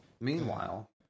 Meanwhile